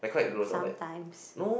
sometimes